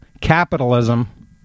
capitalism